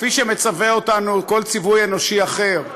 כפי שמצווה אותנו כל ציווי אנושי אחר,